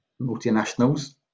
multinationals